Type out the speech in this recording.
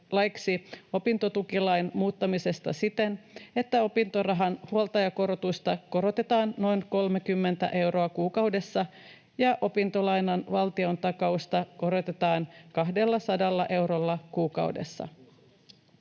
opintotukilain muuttamisesta siten, että opintorahan huoltajakorotusta korotetaan noin 30 euroa kuukaudessa ja opintolainan valtiontakausta korotetaan 200 eurolla kuukaudessa.